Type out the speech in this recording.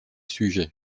sujets